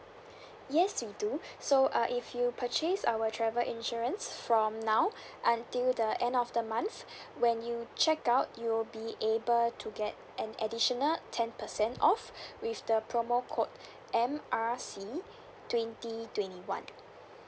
yes we do so uh if you purchase our travel insurance from now until the end of the month when you checkout you'll be able to get an additional ten percent off with the promo code M R C twenty twenty one